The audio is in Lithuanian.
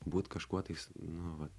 būt kažkuo tais nu vat